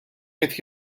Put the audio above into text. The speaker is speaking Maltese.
qed